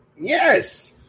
Yes